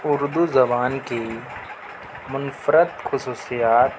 اردو زبان کی منفرد خوصیات